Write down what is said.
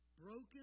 broken